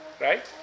right